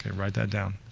write that down.